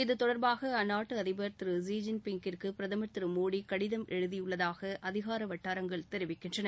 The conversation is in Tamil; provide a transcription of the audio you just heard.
இத்தொடர்பாக அந்நாட்டு அதிபர் திரு ஜீ ஜின் பிங்கிற்கு பிரதமர் திரு மோடி கடிதம் எழுதியுள்ளதாக அதிகார வட்டாரங்கள் தெரிவிக்கின்றன